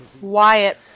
Wyatt